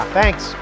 thanks